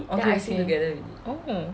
okay okay oh